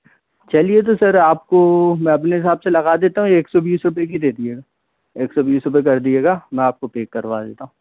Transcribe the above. चलिए तो सर आपको मैं अपने हिसाब से लगा देता हूँ एक सौ बीस रुपये की दे दीजिएगा एक सौ बीस रुपये कर दीजिएगा मैं आप को पैक करवा देता हूँ